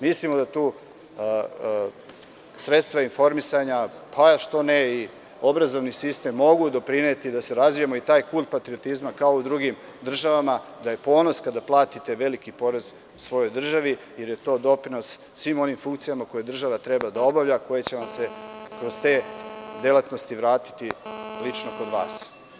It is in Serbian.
Mislimo da tu sredstva informisanja, pa i obrazovni sistem mogu doprineti da razvijemo i taj kult patriotizma, kao i u drugim državama, da je ponos kada platite veliki porez svojoj državi, jer je to doprinos svim onim funkcijama koje država treba da obavlja, koji će vam se kroz te delatnosti vratiti lično kod vas.